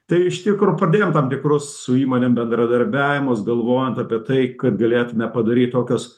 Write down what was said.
tai iš tikro pradėjom tam tikrus su įmonėm bendradarbiavimus galvojant apie tai kad galėtume padaryt tokius